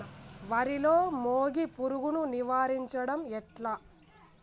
వరిలో మోగి పురుగును నివారించడం ఎట్లా?